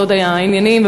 בסוד העניינים,